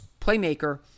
playmaker